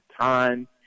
time